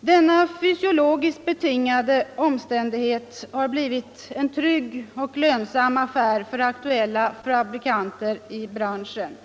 Denna fysiologiskt betingade om 26 februari 1975 ständighet har blivit en trygg och lönsam affär för aktuella fabrikanter i branschen.